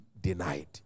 denied